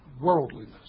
Worldliness